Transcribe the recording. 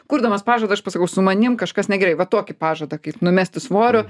kurdamas pažadą aš pasakau su manim kažkas negerai va tokį pažadą kaip numesti svorio